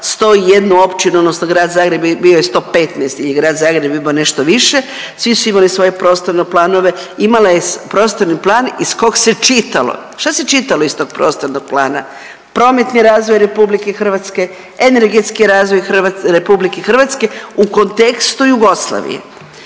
101 općinu odnosno Grad Zagreb bio je 115 jel je Grad Zagreb imao nešto više, svi su imali svoje prostorne planove, imala je prostorni plan iz kog se čitalo. Šta se čitalo iz tog prostornog plana? Prometni razvoj RH, energetski razvoj RH u kontekstu Jugoslavije.